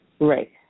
Right